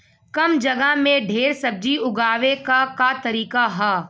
कम जगह में ढेर सब्जी उगावे क का तरीका ह?